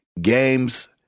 games